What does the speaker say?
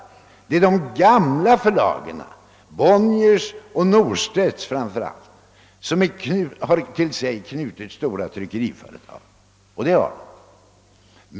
Det är de gamla förlagen — Bonniers och Norstedts framför allt — som till sig knutit stora tryckeriföretag.